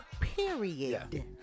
Period